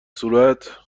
صورت